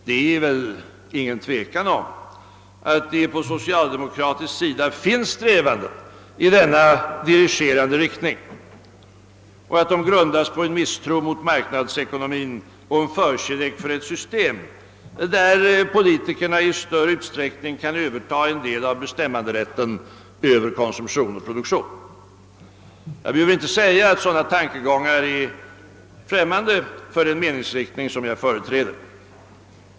Det råder väl inte något tvivel om att det på socialdemokratisk sida förekommer strävanden i denna dirigerande riktning och att de grundas på en misstro mot marknadsekonomin och en förkärlek för ett system, varigenom politikerna i större utsträckning kan överta en del av bestämmanderätten över konsumtion och produktion. Jag behöver inte säga att sådana tankegångar är främmande för den meningsriktning som jag företräder.